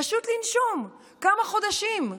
פשוט לנשום כמה חודשים.